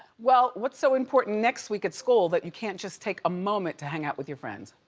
well, what's so important next week at school that you can't just take a moment to hang out with your friends?